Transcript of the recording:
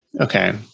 Okay